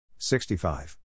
65